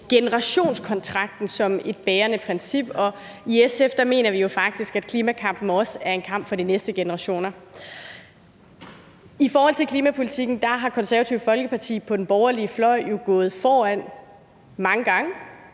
generationskontrakten som et bærende princip. Og i SF mener vi jo faktisk, at klimakampen også er en kamp for de næste generationer. I forhold til klimapolitikken er Det Konservative Folkeparti på den borgerlige fløj jo gået foran mange gange,